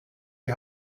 die